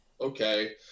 okay